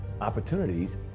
Opportunities